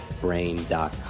brain.com